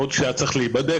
עוד כשהיה צריך להיבדק.